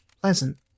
Pleasant